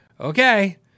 okay